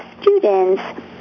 students